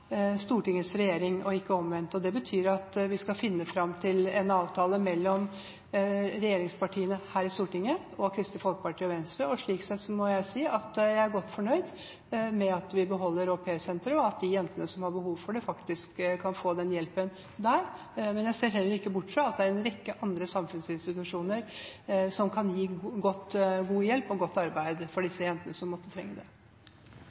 Stortingets regjering, og ikke omvendt. Det betyr at vi her i Stortinget skal finne fram til en avtale mellom regjeringspartiene og Kristelig Folkeparti og Venstre. Slik sett må jeg si at jeg er godt fornøyd med at vi beholder Au Pair Center, og at de jentene som har behov for det, faktisk kan få hjelp der. Men jeg ser heller ikke bort fra at det er en rekke andre samfunnsinstitusjoner som kan gi god hjelp og gjøre godt arbeid for de jentene som måtte trenge det.